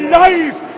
life